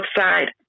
outside